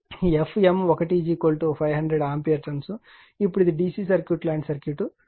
కాబట్టి Fm1 500 ampere turns ఇప్పుడు ఇది DC సర్క్యూట్ లాంటి సర్క్యూట్